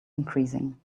increasing